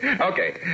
Okay